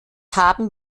haben